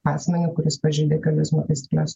asmenį kuris pažeidė kelių eismo taisykles